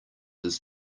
his